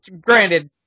granted